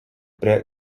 prie